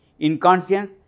inconscience